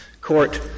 court